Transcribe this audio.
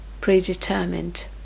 predetermined